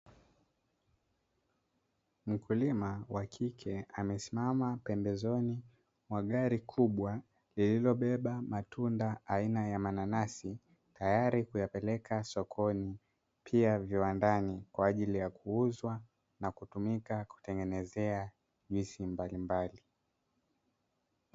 Mkulima wa kike amesimama pembezoni mwa gari kubwa lilolobeba matunda aina ya mananasi, tayari kuyapeleka sokoni, pia viwandani kwaajili ya kuuzwa na kutumika kutengenezea juisi mbalimbali.